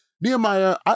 Nehemiah